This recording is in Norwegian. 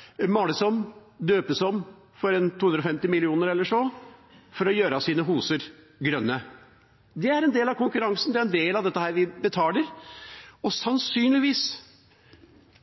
må strømlinjeformes. Det var en av grunnene til at de altså skulle males og døpes om for 250 mill. kr eller så, for å gjøre sine hoser grønne. Det er en del av konkurransen, det er en del av dette som vi betaler.